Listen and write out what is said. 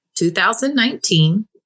2019